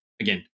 again